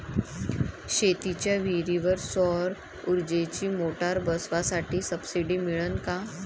शेतीच्या विहीरीवर सौर ऊर्जेची मोटार बसवासाठी सबसीडी मिळन का?